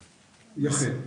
כן, אוקיי.